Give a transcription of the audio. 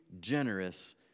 generous